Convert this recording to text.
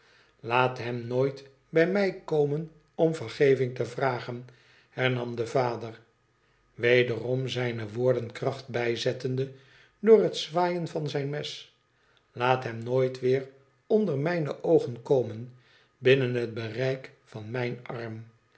laat hem nooit bij mij komen om vergeving te vragen hernam de vader wederom zijne woorden kracht bijzettende door het zwaaien van zijn mes laat hem nooit weer onder mijne oogen komen binnen het bereik van mijn arm